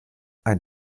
ein